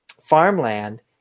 farmland